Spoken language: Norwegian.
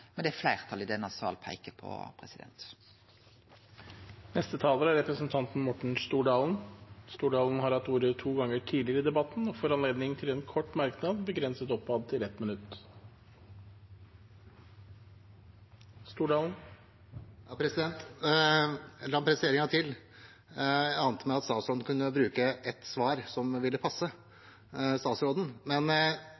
det fleirtalet i denne salen peiker på. Representanten Morten Stordalen har hatt ordet to ganger tidligere i debatten og får ordet til en kort merknad, begrenset oppad til 1 minutt. La meg presisere en gang til – det ante meg at statsråden kunne bruke ett svar som ville passe